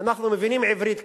אנחנו מבינים עברית קצת,